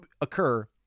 occur